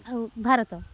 ଆଉ ଭାରତ